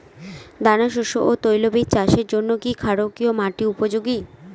দানাশস্য ও তৈলবীজ চাষের জন্য কি ক্ষারকীয় মাটি উপযোগী?